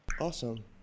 Awesome